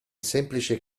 semplice